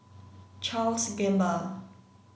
Charles Gamba